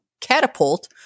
catapult